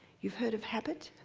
you've heard of habit?